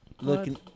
looking